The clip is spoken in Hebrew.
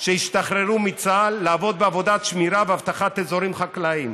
שהשתחררו מצה"ל לעבוד בעבודת שמירה ואבטחת אזורים חקלאיים.